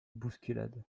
bousculade